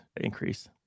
increase